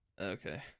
Okay